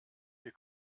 wir